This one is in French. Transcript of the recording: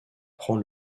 prend